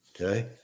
okay